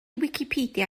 wicipedia